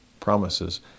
promises